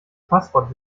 passwort